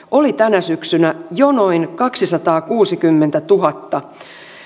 oli tänä syksynä jo noin kaksisataakuusikymmentätuhatta